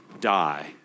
die